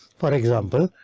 for example,